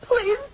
please